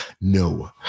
No